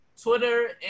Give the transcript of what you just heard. Twitter